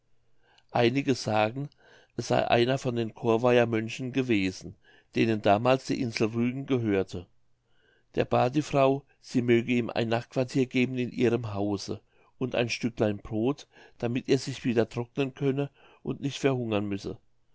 einige sagen es sey einer von den corveier mönchen gewesen denen damals die insel rügen gehörte der bat die frau sie möge ihm ein nachtquartier geben in ihrem hause und ein stücklein brod damit er sich wieder trocknen könne und nicht verhungern müsse